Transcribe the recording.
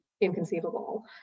inconceivable